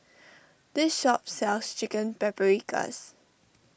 this shop sells Chicken Paprikas